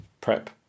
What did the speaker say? prep